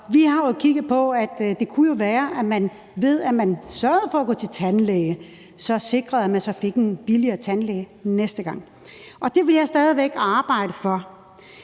vi har jo kigget på, at det kunne være, at man, ved at man sørgede for at gå til tandlæge, så sikrede, at man fik det billigere hos tandlægen næste gang, og det vil jeg stadig væk arbejde for.